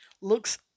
Looks